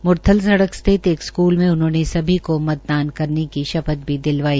मुरथल सड़क स्थित एक स्कूल में उन्होंने सभी को मतदान करने की शपथ भी दिलाई